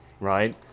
right